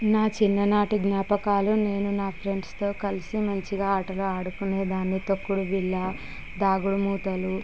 నా చిన్ననాటి జ్ఞాపకాలు నేను నా ఫ్రెండ్స్తో కలిసి మంచిగా ఆటలు ఆడుకునేదాన్ని తొక్కుడు బిళ్ళ దాగుడుమూతలు